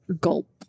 gulp